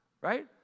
right